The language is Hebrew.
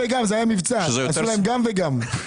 חבר הכנסת אזולאי,